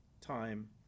time